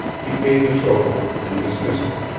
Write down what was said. he paid the chauffeur and dismissed him,